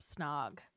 snog